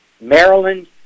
Maryland